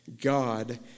God